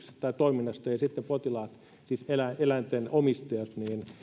tai toiminnasta ja sitten potilaat eläinten omistajat